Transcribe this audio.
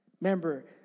Remember